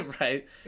Right